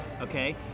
okay